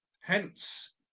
Hence